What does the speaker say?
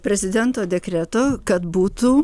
prezidento dekreto kad būtų